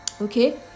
okay